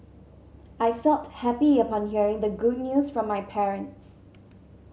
I felt happy upon hearing the good news from my parents